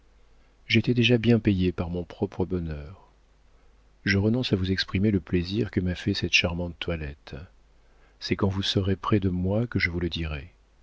j'étais déjà bien payée par mon propre bonheur je renonce à vous exprimer le plaisir que m'a fait cette charmante toilette c'est quand vous serez près de moi que je vous le dirai